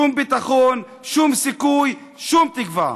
שום ביטחון, שום סיכוי, שום תקווה.